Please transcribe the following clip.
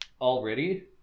already